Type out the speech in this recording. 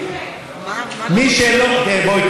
בואי,